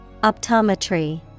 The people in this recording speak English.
Optometry